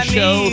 Show